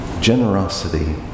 generosity